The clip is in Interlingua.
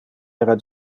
era